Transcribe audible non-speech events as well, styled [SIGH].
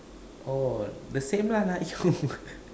oh the same lah like you [LAUGHS]